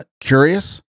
curious